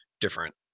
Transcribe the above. different